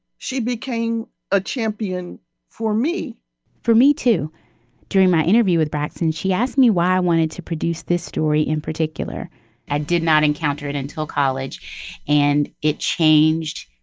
she became a champion for me for me too during my interview with braxton she asked me why i wanted to produce this story in particular i did not encounter it until college and it changed.